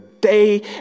day